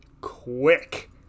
quick